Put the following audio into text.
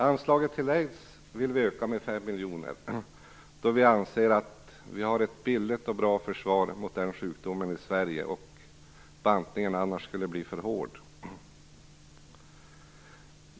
Anslaget till aids vill vi öka med 5 miljoner. Vi anser att det finns ett billigt och bra försvar mot den sjukdomen i Sverige och att bantningen annars skulle bli för hård.